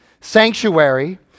sanctuary